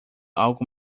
algo